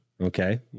okay